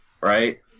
right